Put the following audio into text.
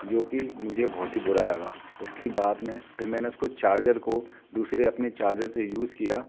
जो कि मुझे बहुत ही बुरा लगा उसके बाद में मैंने उसको चार्जर को दूसरे अपने चार्जर से यूज़ किया